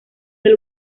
del